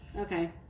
Okay